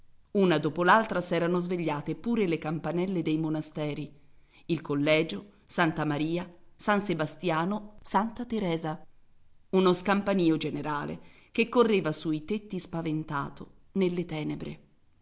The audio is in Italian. una dopo l'altra s'erano svegliate pure le campanelle dei monasteri il collegio santa maria san sebastiano santa teresa uno scampanìo generale che correva sui tetti spaventato nelle tenebre